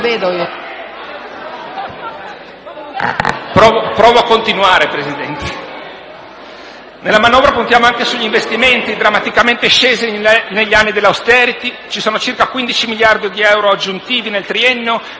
Nella manovra puntiamo anche sugli investimenti, drammaticamente scesi negli anni dell'*austerity*: ci sono circa 15 miliardi di euro aggiuntivi nel triennio,